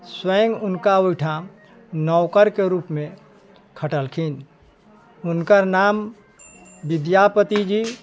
स्वयं उनका ओहिठाम नौकर के रूप मे खटलखिन हुनकर नाम विद्यापति जी